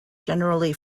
generally